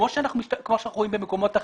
כמו שאנחנו רואים במקומות אחרים,